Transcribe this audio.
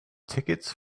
tickets